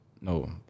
no